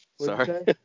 Sorry